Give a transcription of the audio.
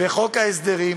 וחוק ההסדרים